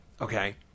okay